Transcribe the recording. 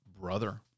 brother